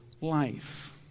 life